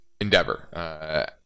Endeavor